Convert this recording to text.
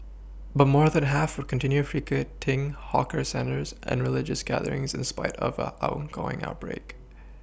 but more than the half continue frequenting hawker centres and religious gatherings in spite of are ongoing outbreak